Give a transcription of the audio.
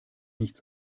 nichts